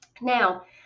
Now